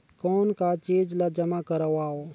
कौन का चीज ला जमा करवाओ?